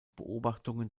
beobachtungen